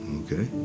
okay